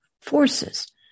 forces